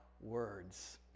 words